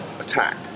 attack